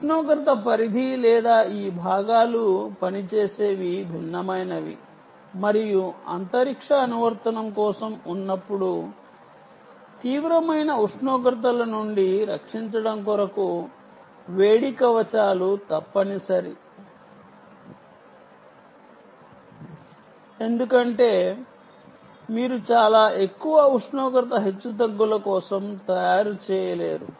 ఉష్ణోగ్రత పరిధి లేదా ఈ భాగాలు పనిచేసేవి భిన్నమైనవి మరియు అంతరిక్ష అనువర్తనం కోసం ఉన్నప్పుడు తీవ్రమైన ఉష్ణోగ్రతల నుండి రక్షించడం కొరకు హీట్ షీల్డ్స్ తప్పనిసరి ఎందుకంటే మీరు చాలా ఎక్కువ ఉష్ణోగ్రత హెచ్చుతగ్గుల కోసం తయారు చేయలేరు